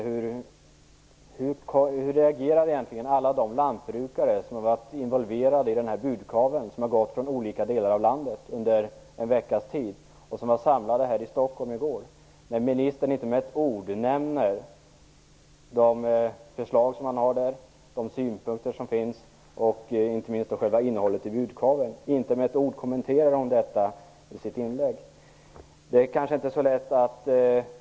Hur reagerar egentligen alla de lantbrukare som har varit involverade i den budkavle som har gått från olika delar av landet under en veckas tid och som var samlade här i Stockholm i går, när ministern inte med ett ord nämner de förslag och synpunkter som framfördes och inte minst själva innehållet i budkavlen? Hon kommenterar inte detta med ett ord i sitt inlägg.